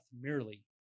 merely